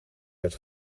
werd